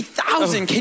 thousand